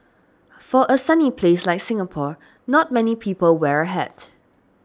for a sunny place like Singapore not many people wear a hat